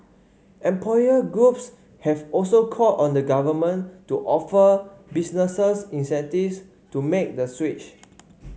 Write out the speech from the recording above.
employer groups have also called on the Government to offer businesses incentives to make the switch